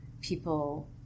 people